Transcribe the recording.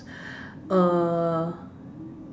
uh